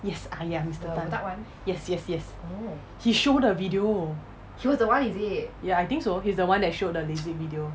yes !aiya! mister tan yes yes yes he showed the video ya I think so he's the one that showed the LASIK video